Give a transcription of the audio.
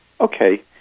Okay